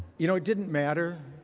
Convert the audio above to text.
you know, it didn't matter,